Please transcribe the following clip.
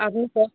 আপনি ক